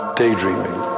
daydreaming